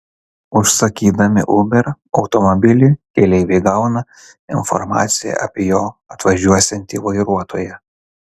užsakydami uber automobilį keleiviai gauna informaciją apie jo atvažiuosiantį vairuotoją